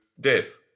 death